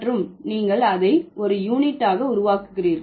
மற்றும் நீங்கள் அதை ஒரு யூனிட்டாக உருவாக்குகிறீர்கள்